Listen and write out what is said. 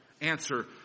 answer